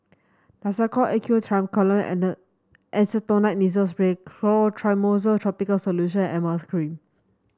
Nasacort A Q Triamcinolone Acetonide Nasal Spray Clotrimozole Topical Solution and Emla Cream